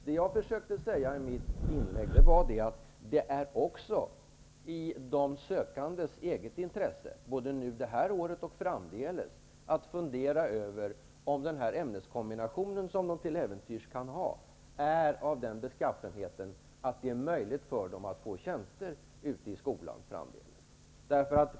Vad jag försökte säga i mitt inlägg var att det också ligger i de sökandens eget intresse, både det här året och framdeles, att fundera över om den ämneskombination som de till äventyrs har är av den beskaffenheten att det blir möjligt för dem att få tjänster i skolan.